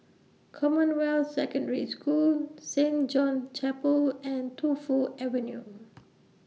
Commonwealth Secondary School Saint John's Chapel and Tu Fu Avenue